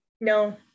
No